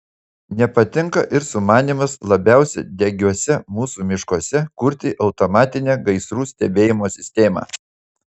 nepatinka ir sumanymas labiausiai degiuose mūsų miškuose kurti automatinę gaisrų stebėjimo sistemą